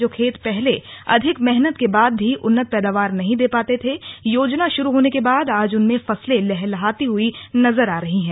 जो खेत पहले अधिक मेहनत के बाद भी उन्नत पैदावार नहीं दे पाते थे योजना शुरू होने के बाद आज उनमें फसलें लहलहाती नजर आ रही हैं